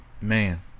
Man